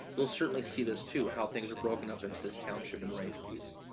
you'll certainly see this too, how things are broken up into this township and range piece.